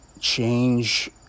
change